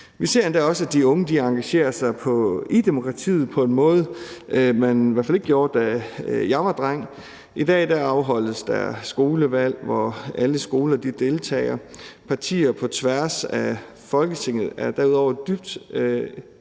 Vi ser endda også, at de unge engagerer sig i demokratiet på en måde, man i hvert fald ikke gjorde, da jeg var dreng. I dag afholdes der skolevalg, hvor alle skoler deltager. Partier på tværs af Folketinget er derudover dybt